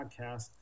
Podcast